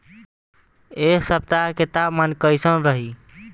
एह सप्ताह के तापमान कईसन रही?